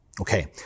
Okay